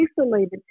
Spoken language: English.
isolated